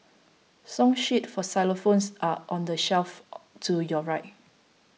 song sheets for xylophones are on the shelf to your right